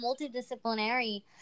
multidisciplinary